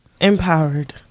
empowered